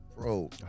bro